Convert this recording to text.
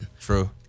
True